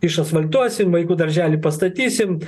išasfaltuosim vaikų darželį pastatysim